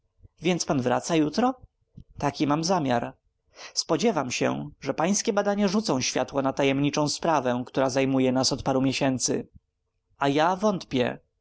więc pan wraca jutro taki mam zamiar spodziewam się że pańskie badania rzucą światło na tajemniczą sprawę która zajmuje nas od paru miesięcy a ja wątpię